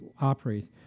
operates